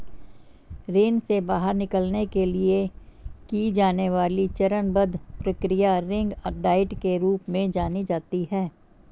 ऋण से बाहर निकलने के लिए की जाने वाली चरणबद्ध प्रक्रिया रिंग डाइट के रूप में जानी जाती है